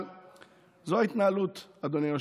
אבל זו ההתנהלות, אדוני היושב-ראש.